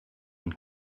and